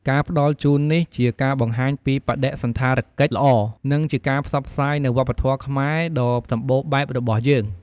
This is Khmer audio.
ការផ្តល់ជូននេះជាការបង្ហាញពី បដិសណ្ឋារកិច្ចល្អ និងជាការផ្សព្វផ្សាយនូវ វប្បធម៌ខ្មែរ ដ៏សម្បូរបែបរបស់យើង។